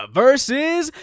versus